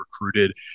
recruited